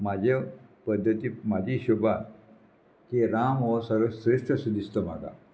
म्हाजे पद्दती म्हाजी हिशोबा की राम हो सर्व श्रेश्ट अशें दिसता म्हाका